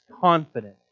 confident